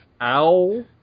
Owl